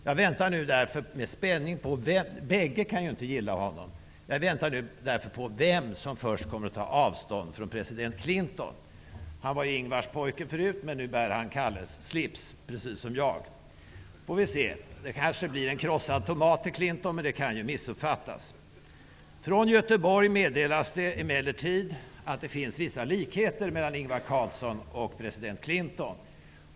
Jag väntar nu därför med spänning på vem -- båda kan ju inte gilla honom -- som först kommer att ta avstånd från president Clinton. Han var ju Ingvars pojke förut, men nu bär han precis som jag Calles slips. Vi får se, det kanske blir en krossad tomat till Clinton, men det kan ju missuppfattas. Från Göteborg meddelas emellertid att det finns vissa likheter mellan Ingvar Carlsson och president Clinton.